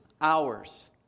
hours